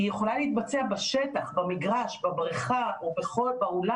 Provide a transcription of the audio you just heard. היא יכולה להתבצע בשטח, במגרש, בבריכה או באולם.